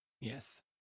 Yes